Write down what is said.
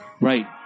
Right